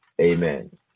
Amen